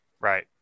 Right